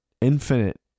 infinite